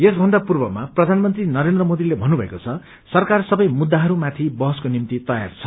यसभन्दा पूर्वमा प्रधानमन्त्री नरेन्द्र मोदीले भन्नुषएको छ सरकार सबै मुद्दाहरूमाथि बहसको निम्ति तयार छ